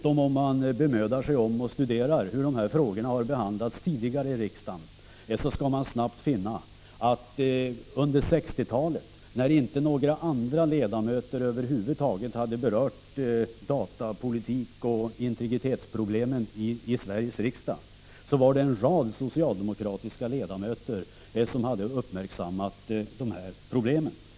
Om man bemödar sig om att studera hur frågorna har behandlats tidigare i riksdagen, skall man snabbt finna att under 1960-talet, när inte några andra ledamöter över huvud taget berörde datapolitik och integritetsproblem i Sveriges riksdag, hade en rad socialdemokrater uppmärksammat dessa problem.